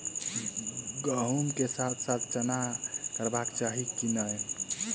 गहुम केँ साथ साथ चना करबाक चाहि की नै?